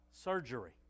surgery